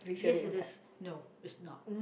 yes it is no it's not